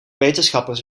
wetenschappers